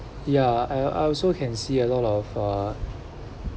ya I I also can see a lot of uh